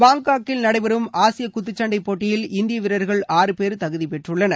பாங்காக்கில் நடைபெறும் ஆசிய குத்துச்சண்டை போட்டியில் இந்திய வீரர்கள் ஆறு பேர் தகுதி பெற்றுள்ளனர்